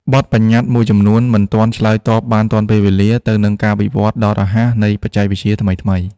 បទប្បញ្ញត្តិមួយចំនួនមិនទាន់ឆ្លើយតបបានទាន់ពេលវេលាទៅនឹងការវិវត្តដ៏រហ័សនៃបច្ចេកវិទ្យាថ្មីៗ។